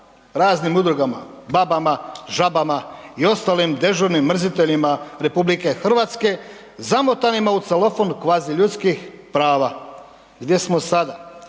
raznim udrugama „Babama“, „Žabama“ i ostalim dežurnim mrziteljima Republike Hrvatske zamotanima u celofan kvaziljudskih prava. Gdje smo sada?